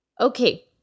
Okay